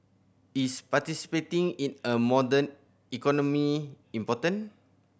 is participating in a modern economy important